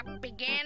began